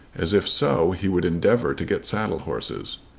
as if so he would endeavour to get saddle-horses.